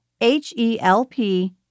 H-E-L-P